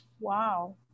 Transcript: Wow